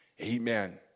Amen